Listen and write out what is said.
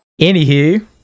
Anywho